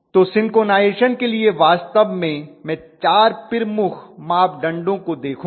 तो सिंक्रोनाइजेशन के लिए वास्तव में मैं 4 प्रमुख मापदंडों को देखूंगा